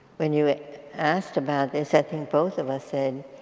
when you asked about this i think both of us said